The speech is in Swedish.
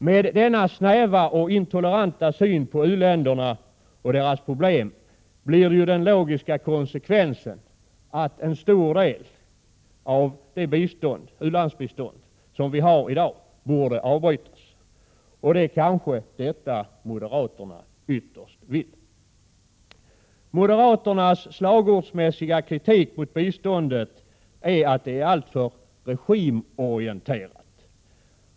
Med denna snäva och intoleranta syn på u-länderna och deras problem blir den logiska konsekvensen att en stor del av det u-landsbistånd som vi i dag har borde avbrytas, och det kanske ytterst är detta som moderaterna vill. Moderaternas slagordsmässiga kritik mot biståndet är att det är alltför regimorienterat.